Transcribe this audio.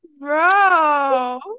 Bro